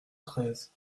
treize